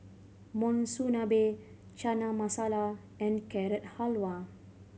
Monsunabe Chana Masala and Carrot Halwa